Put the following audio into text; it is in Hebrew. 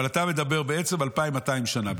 אבל אתה מדבר על בערך 2,200 שנה.